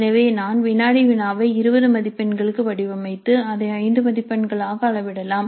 எனவே நான் வினாடி வினாவை 20 மதிப்பெண்களுக்கு வடிவமைத்து அதை 5 மதிப்பெண்களாக அளவிடலாம்